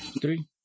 three